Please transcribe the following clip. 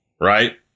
right